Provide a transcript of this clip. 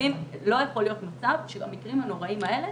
לא יכול להיות מצב שלמקרים הנוראיים האלה